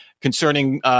concerning